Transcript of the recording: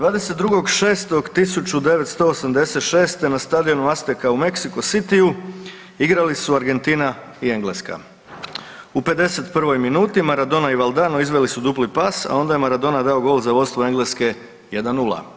22.6.1986. na stadionu Asteka u Mexicu Cityu igrali su Argentina i Engleska, u 51. minuti Maradona i Valdano izveli su dupli pas, a onda je Maradona dao gol za vodstvo Engleske 1:0.